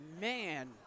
Man